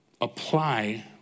apply